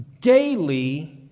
daily